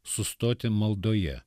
sustoti maldoje